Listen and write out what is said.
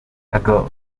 ago